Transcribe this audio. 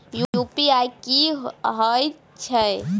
UPI की हएत छई?